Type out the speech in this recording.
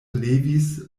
levis